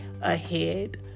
ahead